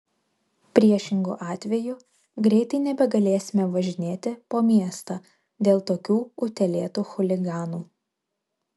priešingu atveju greitai nebegalėsime važinėti po miestą dėl tokių utėlėtų chuliganų